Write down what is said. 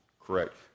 correct